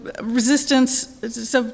resistance